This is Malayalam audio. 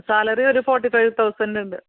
സാലറി ഒരു ഫോർട്ടീ ഫൈവ് തൗസൻഡ് ഉണ്ട്